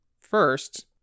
first